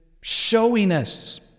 showiness